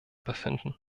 befinden